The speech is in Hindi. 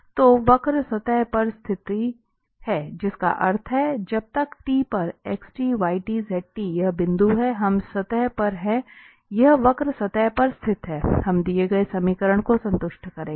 तो वक्र सतह पर स्थित है जिसका अर्थ है जब तक t परxyz यह बिंदु हैं हम सतह पर हैं यह वक्र सतह पर स्थित है यह दिए गए समीकरण को संतुष्ट करेगा